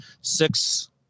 six